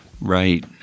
Right